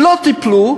לא טיפלו,